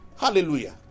Hallelujah